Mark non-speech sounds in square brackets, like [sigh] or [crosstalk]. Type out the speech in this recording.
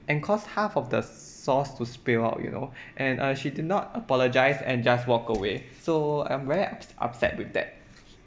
and cause half of the sauce to spill out you know [breath] and uh she did not apologise and just walk away so I'm very up~ upset with that